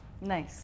Nice